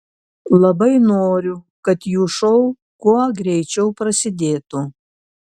labai noriu kad jų šou kuo greičiau prasidėtų